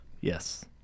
Yes